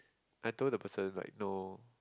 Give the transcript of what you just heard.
I told the person like no